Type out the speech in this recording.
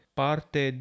parte